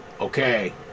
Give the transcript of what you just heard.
okay